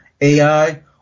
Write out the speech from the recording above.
AI